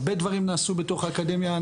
הרבה דברים נעשו בתוך האקדמיה.